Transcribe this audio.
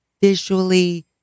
visually